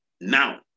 Now